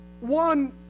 one